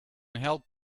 help